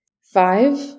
Five